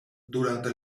durante